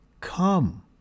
come